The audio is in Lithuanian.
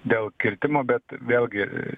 dėl kirtimo bet vėlgi